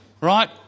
Right